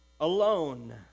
alone